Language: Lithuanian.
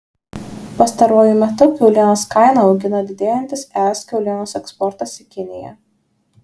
pastaruoju metu kiaulienos kainą augina didėjantis es kiaulienos eksportas į kiniją